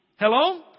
Hello